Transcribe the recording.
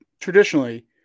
traditionally